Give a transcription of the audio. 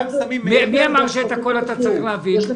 מי אמר שאת הכול אתה צריך להבין?